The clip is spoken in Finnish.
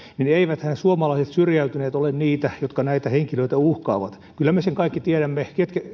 niin eiväthän suomalaiset syrjäytyneet ole niitä jotka näitä henkilöitä uhkaavat kyllä me sen kaikki tiedämme